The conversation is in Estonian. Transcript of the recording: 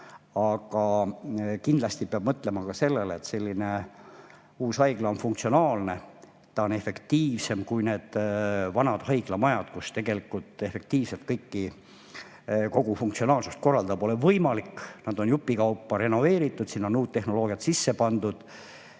aga kindlasti peab mõtlema ka sellele, et uus haigla on funktsionaalne, ta on efektiivsem kui need vanad haiglamajad, kus tegelikult efektiivselt kogu funktsionaalsust korraldada pole võimalik. [Vana haiglamaja] on jupikaupa renoveeritud, sinna on uut tehnoloogiat sisse pandud,